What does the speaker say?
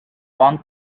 hong